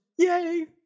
Yay